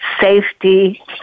safety